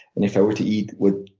and if i were to eat what